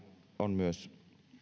on myös